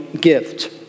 gift